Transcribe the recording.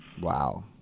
Wow